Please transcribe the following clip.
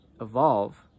evolve